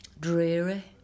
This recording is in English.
..dreary